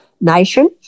nation